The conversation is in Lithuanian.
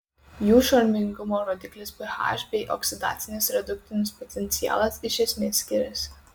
jų šarmingumo rodiklis ph bei oksidacinis redukcinis potencialas iš esmės skiriasi